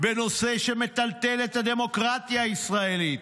בנושא שמטלטל את הדמוקרטיה הישראלית,